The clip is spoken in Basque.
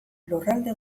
lurralde